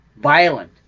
violent